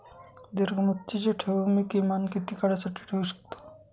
दीर्घमुदतीचे ठेव मी किमान किती काळासाठी ठेवू शकतो?